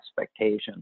expectations